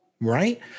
right